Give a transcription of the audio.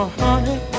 honey